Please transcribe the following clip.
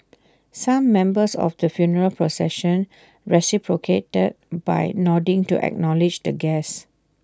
some members of the funeral procession reciprocated by nodding to acknowledge the guests